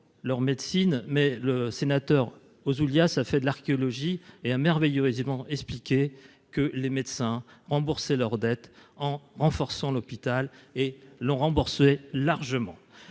leur médecine mais le sénateur aux Zulia, ça fait de l'archéologie est un merveilleux aisément expliquer que les médecins rembourser leurs dettes en renforçant l'hôpital et l'ont remboursé largement